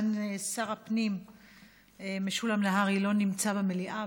סגן שר הפנים משולם נהרי לא נמצא במליאה,